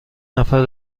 نفر